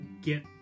get